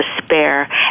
despair